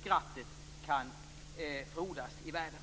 Skrattet kan frodas i världen.